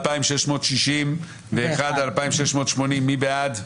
רוויזיה על הסתייגויות 2500-2481, מי בעד?